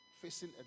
facing